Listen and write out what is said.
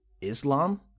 Islam